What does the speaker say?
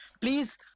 Please